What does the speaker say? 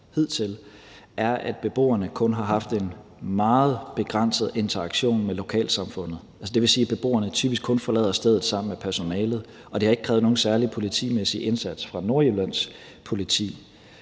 er, at beboerne kun har haft en meget begrænset interaktion med lokalsamfundet, dvs. at beboerne typisk kun forlader stedet sammen med personalet, og der har ikke været nogen særlig politimæssig indsats fra Nordjyllands Politis